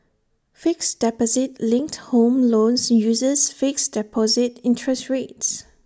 fixed deposit linked home loans uses fixed deposit interest rates